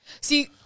see